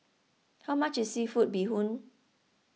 how much is Seafood Bee Hoon